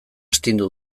astindu